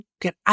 get